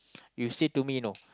you said to me know